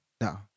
no